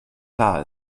klar